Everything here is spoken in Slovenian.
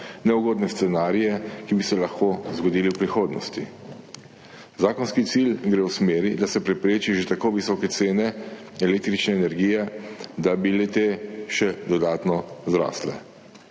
neugodne scenarije, ki bi se lahko zgodili v prihodnosti. Zakonski cilj gre v smeri, da se prepreči že tako visoke cene električne energije, da bi le-te še dodatno zrasle.